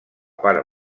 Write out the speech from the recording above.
part